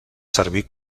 servir